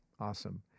Awesome